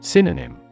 Synonym